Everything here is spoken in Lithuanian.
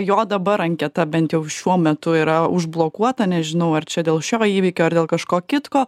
jo dabar anketa bent jau šiuo metu yra užblokuota nežinau ar čia dėl šio įvykio ar dėl kažko kitko